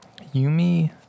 Yumi